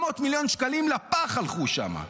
400 מילון שקלים הלכו שם לפח.